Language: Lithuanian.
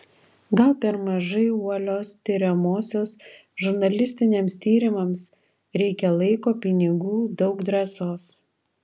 gal per mažai uolios tiriamosios žurnalistiniams tyrimams reikia laiko pinigų daug drąsos